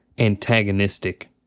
antagonistic